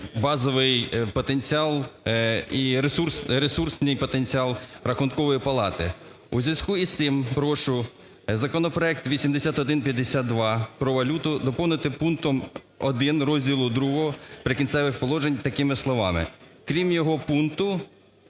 базовий потенціал і ресурсний потенціал Рахункової палати. У зв'язку із цим прошу законопроект 8152 про валюту доповнити пунктом 1 розділу ІІ "Прикінцевих положень" такими словами "крім його пункту...